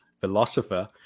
philosopher